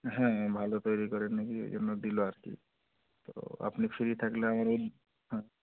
হ্যাঁ ভালো তৈরি করেন নাকি ওই জন্য দিলো আর কি তো আপনি ফ্রি থাকলে আমার ও